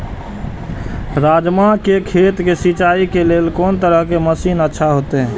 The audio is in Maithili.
राजमा के खेत के सिंचाई के लेल कोन तरह के मशीन अच्छा होते?